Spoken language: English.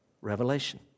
revelation